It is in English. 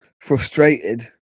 frustrated